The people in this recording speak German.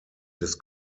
des